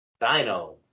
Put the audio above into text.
Dino